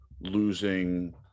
losing